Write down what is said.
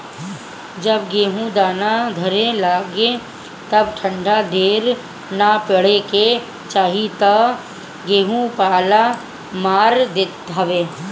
जब गेहूँ दाना धरे लागे तब ठंडा ढेर ना पड़े के चाही ना तऽ गेंहू पाला मार देत हवे